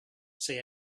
say